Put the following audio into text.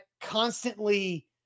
constantly